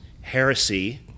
heresy